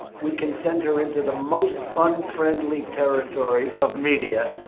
we can send her into the most unfriendly territory of media,